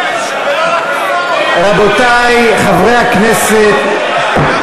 שמשאל עם לא, רבותי חברי הכנסת,